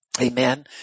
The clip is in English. Amen